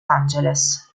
angeles